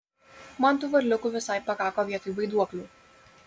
man tų varliukių visai pakako vietoj vaiduoklių